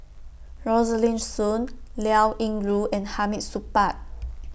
Rosaline Soon Liao Yingru and Hamid Supaat